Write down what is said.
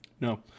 No